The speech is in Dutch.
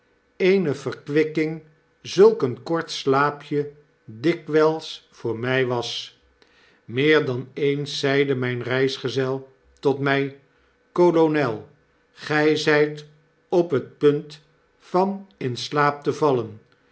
welkeene verkwikking zulk een kort slaapje dikwijls voor my was meer dan eens zeide myn reisgezel tot my kolonel gij zyt op t punt van in slaap te vallen